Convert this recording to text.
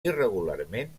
irregularment